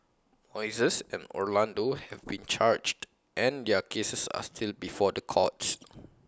Moises and Orlando have been charged and their cases are still before the courts